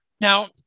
Now